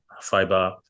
fiber